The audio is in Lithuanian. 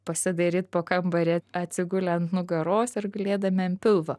pasidairyt po kambarį atsigulę ant nugaros ir gulėdami ant pilvo